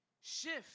Shift